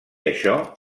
això